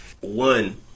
one